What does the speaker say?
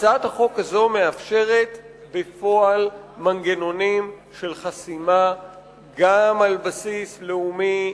הצעת החוק הזאת מאפשרת בפועל מנגנונים של חסימה גם על בסיס לאומי,